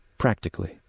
Practically